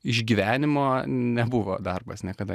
išgyvenimo nebuvo darbas niekada